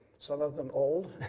some of them old,